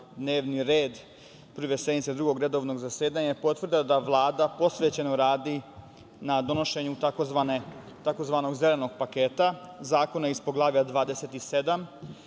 dnevni red Prve sednice Drugog redovnog zasedanja je potvrda da Vlada posvećeno radi na donošenju tzv. zelenog paketa zakona iz Poglavlja 27,